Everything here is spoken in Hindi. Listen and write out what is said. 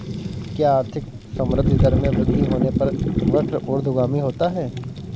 क्या आर्थिक संवृद्धि दर में वृद्धि होने पर वक्र ऊर्ध्वगामी होता है?